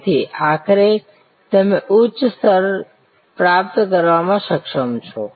તેથી આખરે તમે ઉચ્ચ સ્તર પ્રાપ્ત કરવામાં સક્ષમ છો